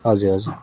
हजुर हजुर